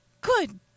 good